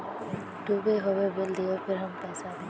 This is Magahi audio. दूबा होबे बिल दियो फिर हम पैसा देबे?